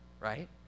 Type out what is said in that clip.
right